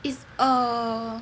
is err